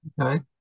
Okay